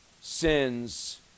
sins